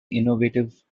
innovative